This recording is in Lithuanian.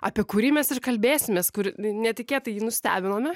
apie kurį mes ir kalbėsimės kur netikėtai jį nustebinome